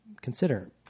consider